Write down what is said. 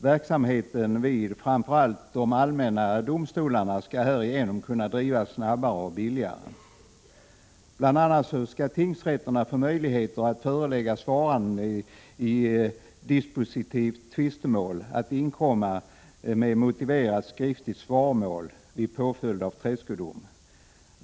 Verksamheten vid framför allt de allmänna domstolarna skall härigenom kunna drivas snabbare och billigare. Bl.a. skall tingsrätterna få möjlighet att förelägga svaranden i ett dispositivt tvistemål att inkomma med motiverat skriftligt svaromål vid påföljd av tredskodom.